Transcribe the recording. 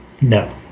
No